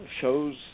shows